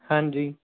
ਹਾਂਜੀ